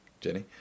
Jenny